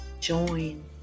join